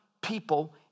people